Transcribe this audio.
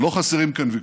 לא חסרים כאן ויכוחים,